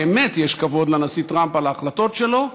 באמת יש כבוד לנשיא טראמפ על ההחלטות שלו,